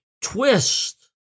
twist